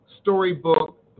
storybook